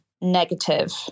negative